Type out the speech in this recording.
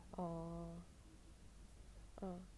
orh err